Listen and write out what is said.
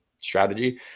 strategy